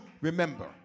remember